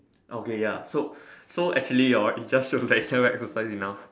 okay ya so so actually orh it just shows that you never exercise enough